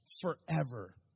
forever